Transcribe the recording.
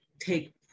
take